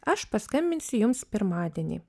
aš paskambinsiu jums pirmadienį